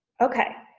okay,